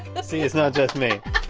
see? it's not just me.